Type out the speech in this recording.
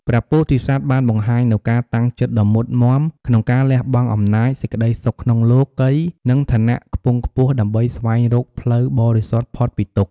ព្រះពោធិសត្វបានបង្ហាញនូវការតាំងចិត្តដ៏មុតមាំក្នុងការលះបង់អំណាច សេចក្តីសុខក្នុងលោកិយ និងឋានៈខ្ពង់ខ្ពស់ ដើម្បីស្វែងរកផ្លូវបរិសុទ្ធផុតពីទុក្ខ។